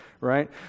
Right